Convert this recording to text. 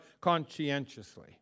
conscientiously